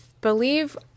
believe